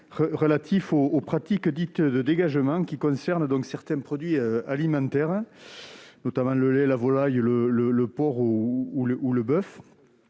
relatif aux pratiques dites « de dégagement », qui concernent certains produits alimentaires, notamment le lait, la volaille, le porc ou le boeuf.